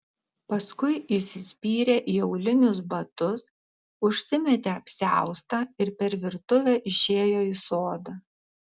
paskui įsispyrė į aulinius batus užsimetė apsiaustą ir per virtuvę išėjo į sodą